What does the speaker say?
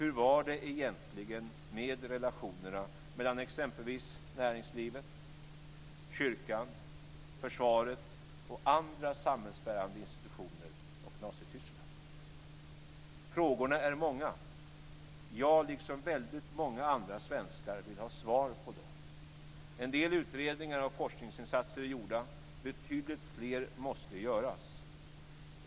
Hur var det egentligen med relationerna mellan exempelvis näringslivet, kyrkan, försvaret och andra samhällsbärande institutioner och Nazityskland? Frågorna är många. Jag, liksom väldigt många andra svenskar, vill ha svar på dem.